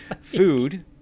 food